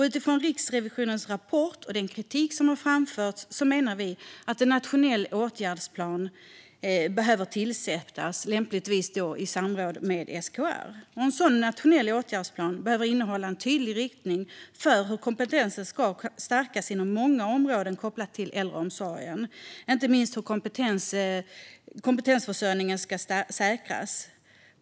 Utifrån Riksrevisionens rapport och den kritik som har framförts menar vi att en nationell åtgärdsplan behöver tillsättas, lämpligen i samråd med SKR. En sådan nationell åtgärdsplan behöver innehålla en tydlig riktning för hur kompetensen kan stärkas inom många områden kopplat till äldreomsorgen, inte minst hur kompetensförsörjningen ska säkras.